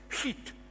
heat